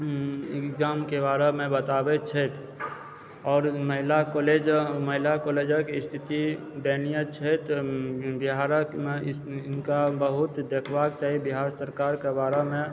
एक्जामके बारेमे बताबए छथि आओर महिला कॉलेज महिला कॉलेजके स्थिति दयनीए छथि बिहारके मे हिनका बहुत देखबाक चाही बिहार सरकारके बारेमे